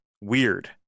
weird